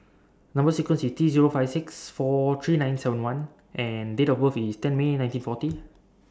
Number sequence IS T Zero five six four three nine seven I and Date of birth IS ten May nineteen forty